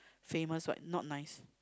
famous what not nice